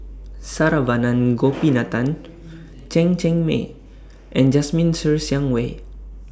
Saravanan Gopinathan Chen Cheng Mei and Jasmine Ser Xiang Wei